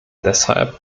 deshalb